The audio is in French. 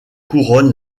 couronne